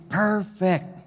perfect